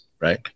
right